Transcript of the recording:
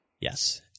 Yes